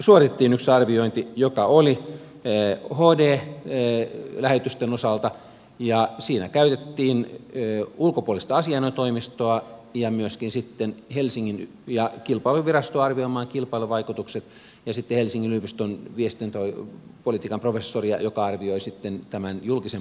suoritettiin yksi arviointi joka oli hd lähetysten osalta ja siinä käytettiin ulkopuolista asianajotoimistoa ja myöskin sitten kilpailuvirastoa arvioimaan kilpailuvaikutukset ja sitten helsingin yliopiston viestintäpolitiikan professoria joka arvioi sitten tämän julkisen palvelun hyödyn